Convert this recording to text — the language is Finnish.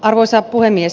arvoisa puhemies